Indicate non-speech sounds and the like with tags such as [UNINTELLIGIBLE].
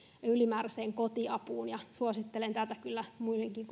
ylimääräiseen kotiapuun suosittelen tätä kyllä muihinkin [UNINTELLIGIBLE]